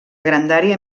grandària